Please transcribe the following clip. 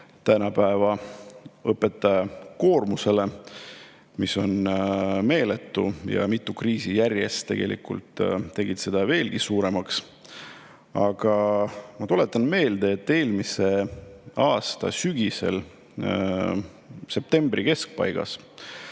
juba ammu õpetaja koormusele, mis on meeletu, ja mitu kriisi järjest on teinud seda veelgi suuremaks. Ma tuletan meelde, et eelmise aasta sügisel, septembri keskpaigas,